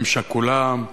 אם שכולה,